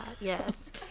yes